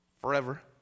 Forever